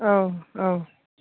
औ औ